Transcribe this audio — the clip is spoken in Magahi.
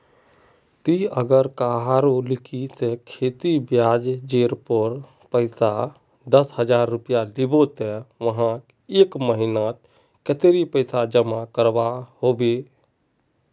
ती अगर कहारो लिकी से खेती ब्याज जेर पोर पैसा दस हजार रुपया लिलो ते वाहक एक महीना नात कतेरी पैसा जमा करवा होबे बे?